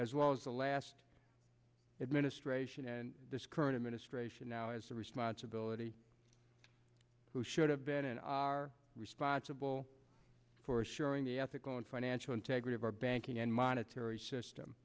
as well as the last administration and this current administration now is the responsibility who should have been and are responsible for assuring the ethical and financial integrity of our banking and monetary system